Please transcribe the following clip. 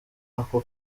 ako